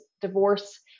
divorce